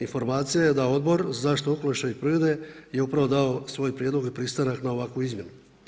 Informacije je da Odbor za zaštitu okoliša i prirode je upravo dao svoj prijedlog i pristanak na ovakvu izmjenu.